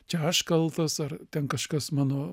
čia aš kaltas ar ten kažkas mano